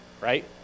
right